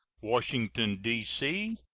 washington, d c,